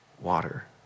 water